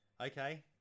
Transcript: okay